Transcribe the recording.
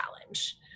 challenge